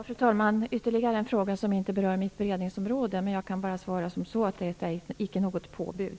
Fru talman! Det här är ytterligare en fråga som inte berör mitt beredningsområde. Jag kan bara svara att detta icke är något påbud.